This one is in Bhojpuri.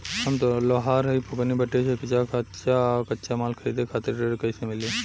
हम लोहार हईं फूंकनी भट्ठी सिंकचा सांचा आ कच्चा माल खरीदे खातिर ऋण कइसे मिली?